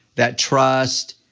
that trust,